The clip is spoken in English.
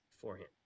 beforehand